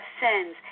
sins